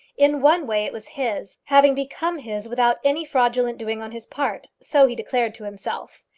in one way it was his having become his without any fraudulent doing on his part. so he declared to himself.